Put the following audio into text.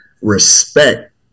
respect